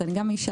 אז אני גם אישה,